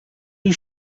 you